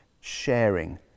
sharing